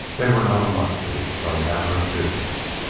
they were not a luxury, but a matter of business.